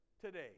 today